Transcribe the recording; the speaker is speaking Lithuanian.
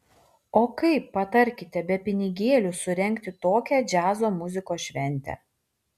o kaip patarkite be pinigėlių surengti tokią džiazo muzikos šventę